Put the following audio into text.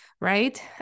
right